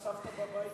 סבתא בבית